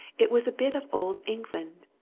it was a bit of old england.